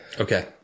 Okay